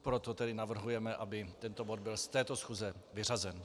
Proto tedy navrhujeme, aby tento bod byl z této schůze vyřazen.